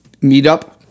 meetup